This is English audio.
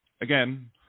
again